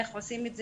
איך עושים את זה?